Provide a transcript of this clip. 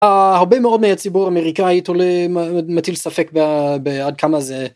‫הרבה מאוד מהציבור האמריקאי ‫מתיל ספק עד כמה זה...